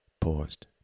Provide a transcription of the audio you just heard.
paused